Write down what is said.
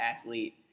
athlete